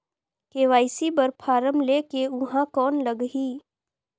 KYC बर form ले के ऊहां कौन लगही?